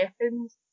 weapons